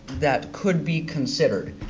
that could be considered.